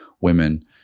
women